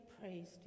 praised